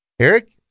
Eric